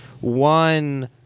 one